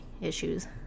issues